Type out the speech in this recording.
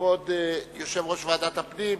כבוד יושב-ראש ועדת הפנים,